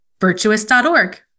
Virtuous.org